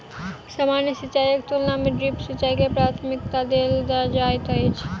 सामान्य सिंचाईक तुलना मे ड्रिप सिंचाई के प्राथमिकता देल जाइत अछि